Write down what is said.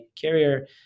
carrier